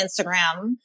Instagram